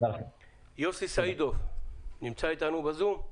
יוסי סעידוב נמצא אתנו ב"זום"?